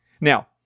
Now